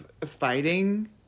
fighting